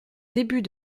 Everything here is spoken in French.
début